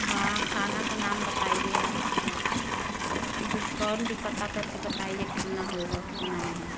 हाँ खाना का नाम बताइए आप पूरा डिस्काउंट भी पता करके बताइए कितना होगा कितना नहीं